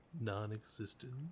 Non-existent